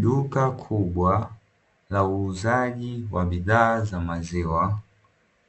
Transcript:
Duka kubwa la uuzaji wa bidhaa za maziwa